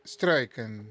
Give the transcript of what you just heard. Struiken